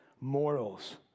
morals